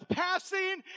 passing